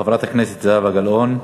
חברת הכנסת זהבה גלאון.